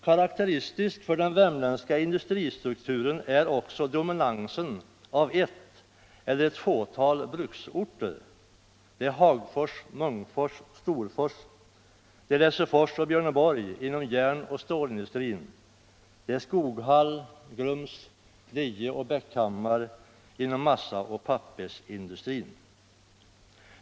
Karakteristiskt för den värmländska industristrukturen är också dominansen av ett fåtal bruksorter — det är Hagfors, Munkfors, Storfors, Lesjöfors och Björneborg inom järnoch stålindustrin, det är Skoghall, Grums, Deje och Bäckhammar inom massaoch pappersindustrin.